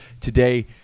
Today